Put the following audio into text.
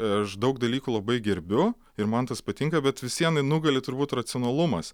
aš daug dalykų labai gerbiu ir man tas patinka bet vis vien nugali turbūt racionalumas